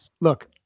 look